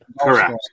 Correct